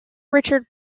richard